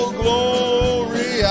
glory